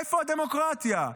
איפה הדמוקרטיה?